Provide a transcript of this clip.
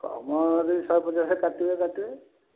ତୁମ ଯଦି ଶହେ ପଚାଶ କାଟିବେ କାଟିବେ